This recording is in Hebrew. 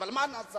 אבל מה נעשה?